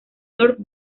north